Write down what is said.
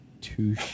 Two